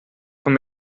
von